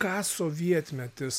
ką sovietmetis